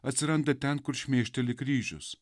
atsiranda ten kur šmeišteli kryžius